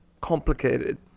complicated